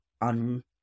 on